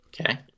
okay